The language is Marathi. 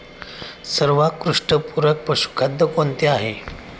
सर्वोत्कृष्ट पूरक पशुखाद्य कोणते आहे?